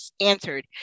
answered